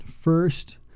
first